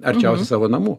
arčiausiai savo namų